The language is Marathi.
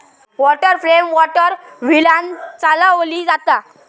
वॉटर फ्रेम वॉटर व्हीलांन चालवली जाता